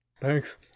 Thanks